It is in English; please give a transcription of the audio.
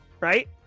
right